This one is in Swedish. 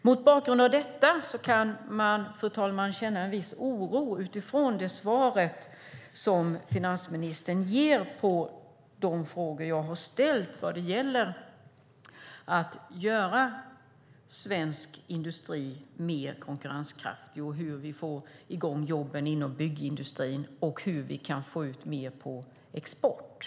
Mot bakgrund av detta kan man, fru talman, känna en viss oro av det svar som finansministern ger på de frågor jag har ställt vad gäller att göra svensk industri mer konkurrenskraftig, hur vi kan få i gång jobben inom byggindustrin och hur vi kan få ut mer på export.